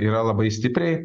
yra labai stipriai